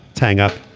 hang up.